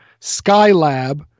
Skylab